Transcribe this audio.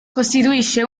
costituisce